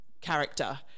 character